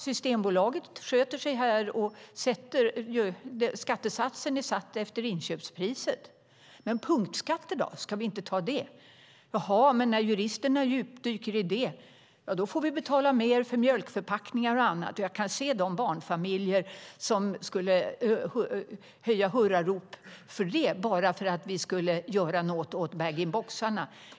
Systembolaget sköter sig här, och skattesatsen är satt efter inköpspriset. Men punktskatten då, ska vi inte ta det? Men när juristerna djupdyker i det visar det sig att vi skulle få betala mer för till exempel mjölkförpackningar. Jag kan se de barnfamiljer som skulle höja hurrarop för det bara för att vi skulle göra någonting åt bag-in-boxarna.